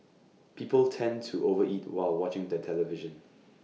people tend to over eat while watching the television